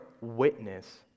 witness